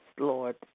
Lord